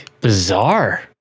bizarre